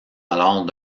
alors